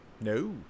No